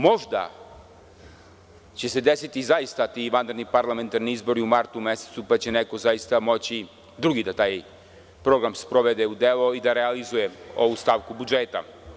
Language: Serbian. Možda će se desiti, zaista, ti vanredni parlamentarni izbori u martu mesecu, pa će neko zaista moći, drugi, da taj program sprovede u delo i da realizuje ovu stavku budžeta.